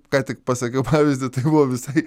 ką tik pasakiau pavyzdį tai buvo visai